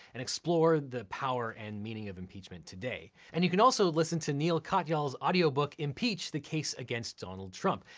and explore the power and meaning of impeachment today. and you can also listen to neal katyal's audiobook impeach, the case against donald trump.